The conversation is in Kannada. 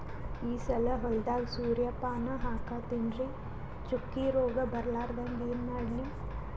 ಈ ಸಲ ಹೊಲದಾಗ ಸೂರ್ಯಪಾನ ಹಾಕತಿನರಿ, ಚುಕ್ಕಿ ರೋಗ ಬರಲಾರದಂಗ ಏನ ಮಾಡ್ಲಿ?